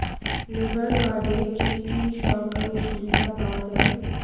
Labour কার্ডে কি কি সরকারি সুবিধা পাওয়া যাবে?